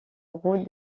route